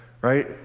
right